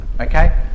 okay